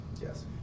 Yes